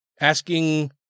asking